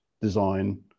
design